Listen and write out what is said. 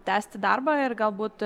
tęsti darbą ir galbūt